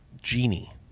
genie